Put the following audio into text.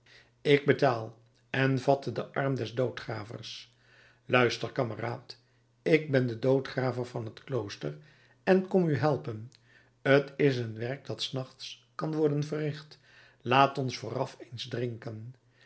ik betaal en vatte den arm des doodgravers luister kameraad ik ben de doodgraver van het klooster en kom u helpen t is een werk dat s nachts kan worden verricht laat ons vooraf eens drinken